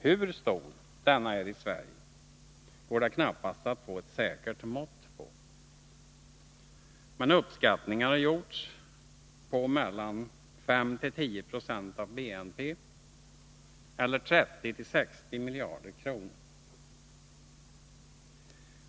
Hur stor denna är i Sverige kan man knappast få ett säkert mått på, men den har uppskattats till mellan 5 och 10 96 av BNP, eller till 30-60 miljarder kronor.